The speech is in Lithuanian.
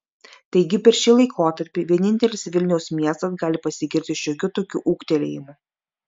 taigi per šį laikotarpį vienintelis vilniaus miestas gali pasigirti šiokiu tokiu ūgtelėjimu